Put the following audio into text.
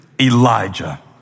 Elijah